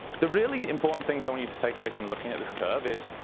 the really important things i want you to take away from looking at this curve is,